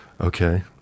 Okay